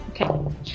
Okay